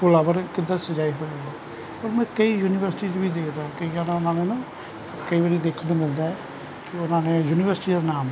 flower ਕਿੱਦਾਂ ਸਜਾਏ ਹੋਏ ਹੈ ਪਰ ਮੈਂ ਕਈ ਯੂਨਿਵੇਰਸਿਟੀ 'ਚ ਵੀ ਦੇਖਦਾ ਕਈਆਂ ਨਾ ਉਹਨਾਂ ਨੂੰ ਨਾ ਕਈ ਵਾਰ ਦੇਖਣ ਨੂੰ ਮਿਲਦਾ ਹੈ ਕਿ ਉਹਨਾਂ ਨੇ ਯੂਨੀਵਰਸਿਟੀ ਦਾ ਨਾਮ